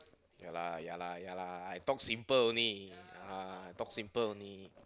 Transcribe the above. ya lah ya lah ya lah I talk simple only ah talk simple only